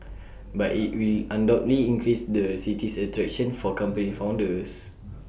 but IT will undoubtedly increase the city's attraction for company founders